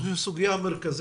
אני חושב שסוגיית התקנים